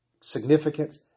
significance